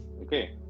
Okay